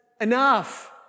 enough